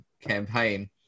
campaign